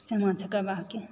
सामा चकेवाके